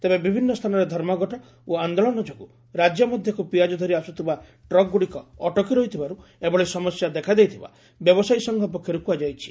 ତେବେ ବିଭିନ୍ନ ସ୍ଚାନରେ ଧର୍ମଘଟ ଓ ଆନ୍ଦୋଳନ ଯୋଗୁଁ ରାଜ୍ୟ ମଧକୁ ପିଆଜ ଧରି ଆସୁଥିବା ଟ୍ରକ୍ଗୁଡ଼ିକ ଅଟକି ରହିଥିବାର୍ ଏଭଳି ସମସ୍ୟା ଦେଖାଦେଇଥିବା ବ୍ୟବସାୟୀ ସଂଘ ପକ୍ଷରୁ କୁହାଯାଇଛି